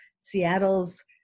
Seattle's